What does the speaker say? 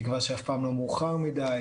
תקווה שאף פעם לא מאוחר מדי,